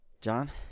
John